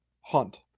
Hunt